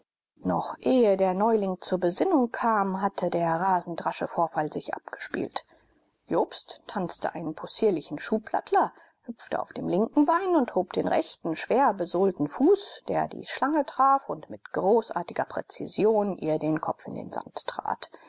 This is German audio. noch ehe der neuling zur besinnung kam hatte der rasend rasche vorfall sich abgespielt jobst tanzte einen possierlichen schuhplattler hüpfte auf dem linken bein und hob den rechten schwer besohlten fuß der die schlange traf und mit großartiger präzision ihr den kopf in den sand trat